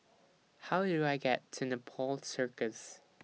How Do I get to Nepal Circus